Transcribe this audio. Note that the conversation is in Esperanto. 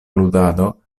ludado